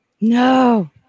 no